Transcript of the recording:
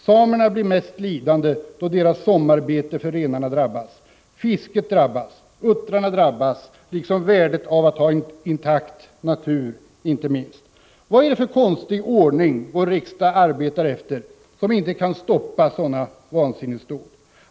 Samerna blir mest lidande då deras sommarbete för renarna drabbas, fisket drabbas, uttrarna drabbas liksom värdet av att ha en intakt natur inte minst. Vad är det för konstig ordning vår riksdag arbetar efter som inte kan stoppa sådana vansinnesdåd.